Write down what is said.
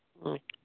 ꯎꯝ